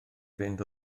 fynd